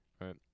right